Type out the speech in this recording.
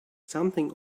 something